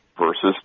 versus